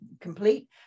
complete